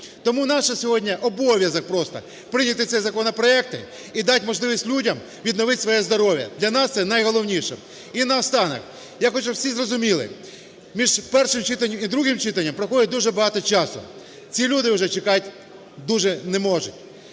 Тому наш сьогодні обов'язок просто – прийняти ці законопроекти і дати можливість людям відновити своє здоров'я, для нас це найголовніше. І наостанок. Я хочу, щоб всі зрозуміли, між першим читанням і другим читанням проходить дуже багато часу. Ці люди вже чекати дуже не можуть,